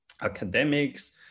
academics